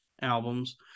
albums